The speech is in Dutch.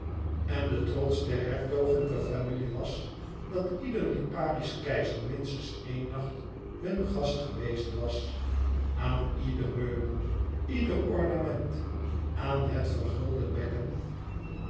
en de trots der hertogelijke familie was dat ieder liparisch keizer minstens één nacht hun gast geweest was aan ieder meubel ieder ornament aan het vergulde bekken